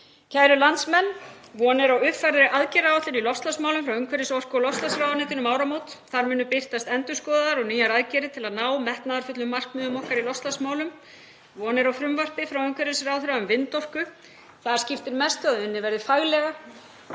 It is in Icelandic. Kæru landsmenn. Von er á uppfærðri aðgerðaáætlun í loftslagsmálum frá umhverfis-, orku- og loftslagsráðuneytinu um áramót. Þar munu birtast endurskoðaðar og nýjar aðgerðir til að ná metnaðarfullum markmiðum okkar í loftslagsmálum. Von er á frumvarpi frá umhverfisráðherra um vindorku. Þar skiptir mestu að unnið verði faglega,